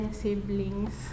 siblings